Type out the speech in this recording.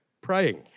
praying